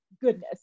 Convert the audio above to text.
goodness